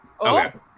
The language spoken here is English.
Okay